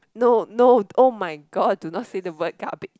no no oh-my-god do not say the word garbage